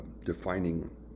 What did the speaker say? defining